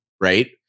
Right